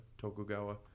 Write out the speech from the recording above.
Tokugawa